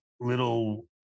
little